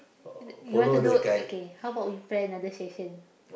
you you want to do okay how about we plan another session